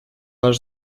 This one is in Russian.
наш